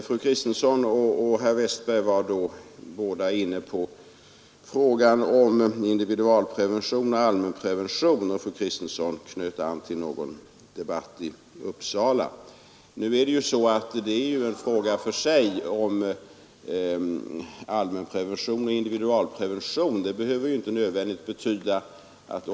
Fru Kristensson och herr Westberg var båda inne på frågan om individualprevention och allmänprevention, och fru Kristensson knöt an till någon debatt i Uppsala. Allmänprevention och individualprevention är en fråga för sig.